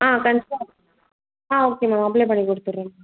ஆ கண்டிப்பாக ஆ okay ma'am அப்ளைபண்ணி கொடுத்துட்றேன் மேம்